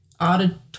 auditory